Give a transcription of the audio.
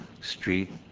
street